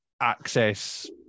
access